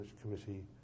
Committee